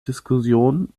diskussion